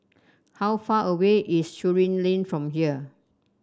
how far away is Surin Lane from here